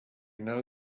know